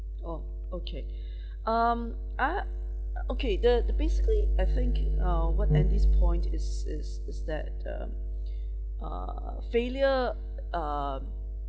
oh okay um I uh okay the the basically I think uh what end this point is is is that um uh failure um